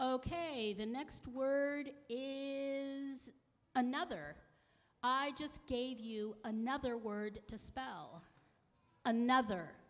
ok the next word is another i just gave you another word to spell another